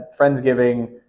Friendsgiving